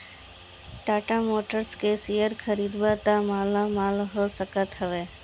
Tata Motors के share खरीदबअ त मालामाल हो सकत हवअ